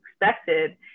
expected